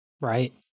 Right